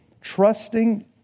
Trusting